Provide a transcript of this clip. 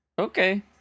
Okay